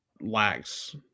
lacks